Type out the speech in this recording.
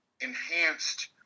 enhanced –